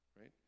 right